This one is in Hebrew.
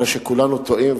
הרי שכולנו טועים,